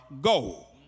goal